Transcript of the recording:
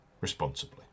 responsibly